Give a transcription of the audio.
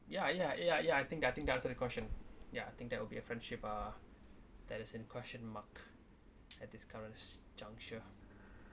ya ya ya ya I think that I think that answer the question ya I think that would be a friendship uh that is in question mark at this current juncture